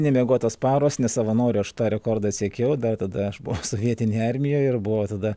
nemiegotos paros ne savanoriu aš tą rekordą sekiau dar tada aš buvau sovietinėje armijoj ir buvo tada